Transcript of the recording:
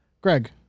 Greg